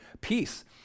Peace